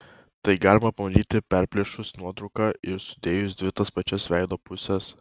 tai galima pamatyti perplėšus nuotrauką ir sudėjus dvi tas pačias veido puses